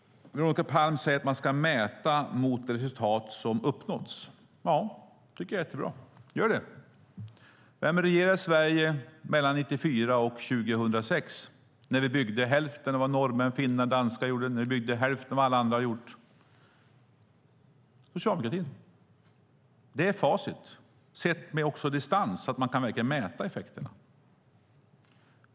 Veronica Palm säger att vi ska mäta resultat som uppnåtts. Det låter bra; låt oss göra det. Vem regerade i Sverige mellan 1994 och 2006 när vi byggde hälften av vad norrmän, finnar, danskar och alla andra gjorde? Det var Socialdemokraterna. Det är facit, sett med distans när man verkligen kan mäta effekterna.